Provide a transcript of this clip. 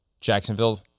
Jacksonville